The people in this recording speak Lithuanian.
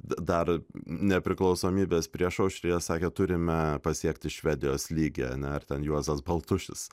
dar nepriklausomybės priešaušryje sakė turime pasiekti švedijos lygį a ne ar ten juozas baltušis